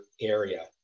area